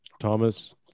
Thomas